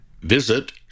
Visit